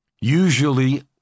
Usually